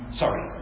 sorry